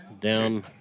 down